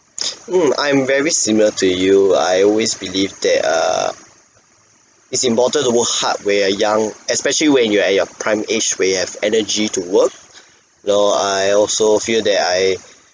mm I am very similar to you I always believe that err it's important to work hard when you are young especially when you're at your prime age when you have energy to work loh I also feel that I